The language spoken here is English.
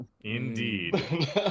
indeed